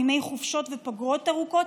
מימי חופשות ופגרות ארוכות,